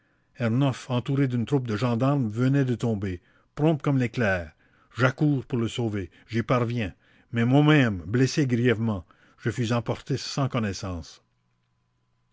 ernof entouré d'une troupe de gendarmes venait de tomber prompt comme l'éclair j'accours pour le sauver j'y parviens mais moi même blessé grièvement je fus emporté sans connaissance